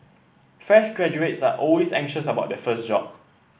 fresh graduates are always anxious about their first job